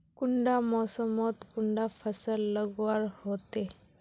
कुंडा मोसमोत कुंडा फसल लगवार होते?